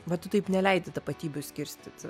va tu taip neleidi tapatybių skirstyti